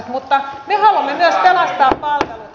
mutta me haluamme myös pelastaa palvelut